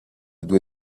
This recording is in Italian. due